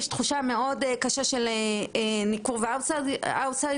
תחושה מאוד קשה של ניכור ואאוטסיידריות.